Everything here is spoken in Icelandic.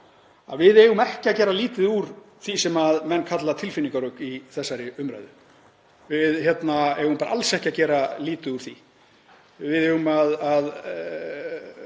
að við eigum ekki að gera lítið úr því sem menn kalla tilfinningarök í þessari umræðu. Við eigum bara alls ekki að gera lítið úr því. Við eigum að